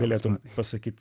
galėtum pasakyti